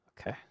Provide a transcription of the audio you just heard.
Okay